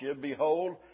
Behold